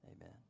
amen